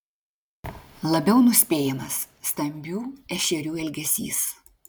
labiau nuspėjamas stambių ešerių elgesys